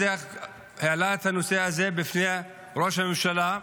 העלה את הנושא הזה בפני ראש הממשלה,